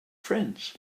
friends